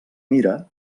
mira